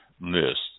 list